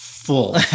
Full